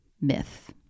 myth